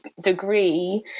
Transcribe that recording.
degree